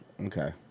Okay